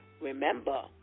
Remember